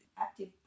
active